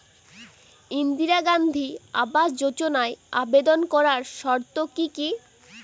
ইন্দিরা গান্ধী আবাস যোজনায় আবেদন করার শর্ত কি কি?